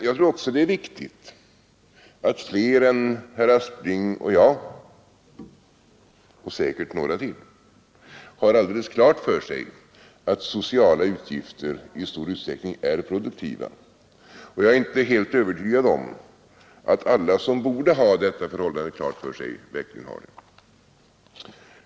Jag tror också att det är viktigt att fler än herr Aspling och jag — säkerligen ytterligare ganska många personer — har alldeles klart för sig att sociala utgifter i stor utsträckning är produktiva, men jag är inte helt övertygad om att alla som borde ha detta förhållande klart för sig verkligen har det.